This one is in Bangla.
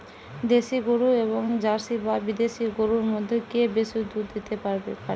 দেশী গরু এবং জার্সি বা বিদেশি গরু মধ্যে কে বেশি দুধ দিতে পারে?